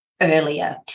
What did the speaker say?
earlier